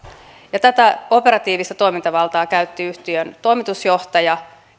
tätä operatiivista toimintavaltaa käytti yhtiön toimitusjohtaja